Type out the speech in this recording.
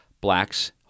Blacks